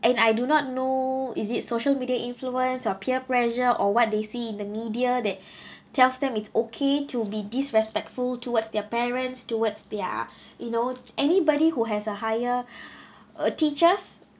and I do not know is it social media influence or peer pressure or what they see in the media that tells them it's okay to be disrespectful towards their parents towards their you know anybody who has a higher uh teachers